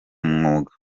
mwuga